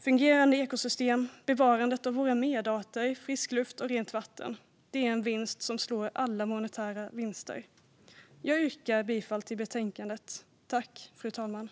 Fungerande ekosystem, bevarandet av våra medarter, frisk luft och rent vatten är en vinst som slår alla monetära vinster. Jag yrkar bifall till förslaget i betänkandet.